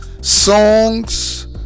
songs